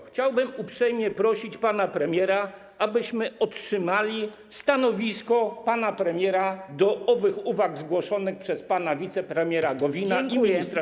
Chciałbym uprzejmie prosić pana premiera, abyśmy otrzymali stanowisko pana premiera do owych uwag zgłoszonych przez pana wicepremiera Gowina i ministra Szymańskiego.